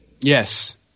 Yes